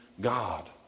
God